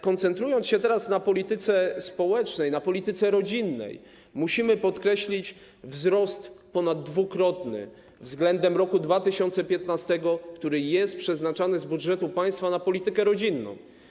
Koncentrując się na polityce społecznej, na polityce rodzinnej, musimy podkreślić ponaddwukrotny wzrost względem roku 2015, który jest przeznaczany z budżetu państwa na politykę rodzinną.